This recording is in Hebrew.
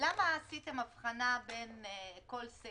הכול נוגע לעולם ניהול הליכי של נישום מול רשות